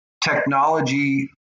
technology